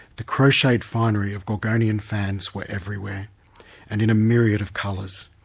the crocheted finery of gorgonian fans were everywhere and in a myriad of colours.